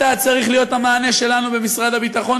אתה צריך להיות המענה שלנו במשרד הביטחון,